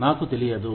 నాకు తెలియదు